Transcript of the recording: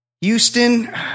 Houston